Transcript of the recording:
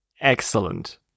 excellent